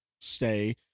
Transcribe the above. stay